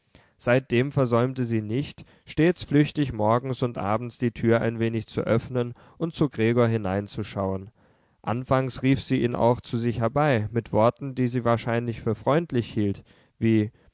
seitdem versäumte sie nicht stets flüchtig morgens und abends die tür ein wenig zu öffnen und zu gregor hineinzuschauen anfangs rief sie ihn auch zu sich herbei mit worten die sie wahrscheinlich für freundlich hielt wie